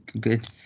good